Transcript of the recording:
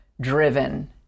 driven